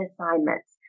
assignments